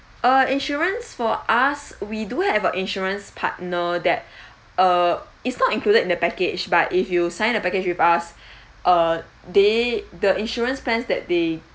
uh insurance for us we do have a insurance partner that uh is not included in the package but if you sign a package with us uh they the insurance plans that they